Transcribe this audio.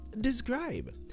describe